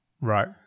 Right